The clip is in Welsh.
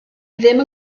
ddim